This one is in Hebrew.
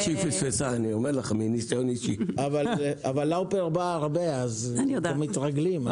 אבל לאופר באה הרבה אז מתרגלים.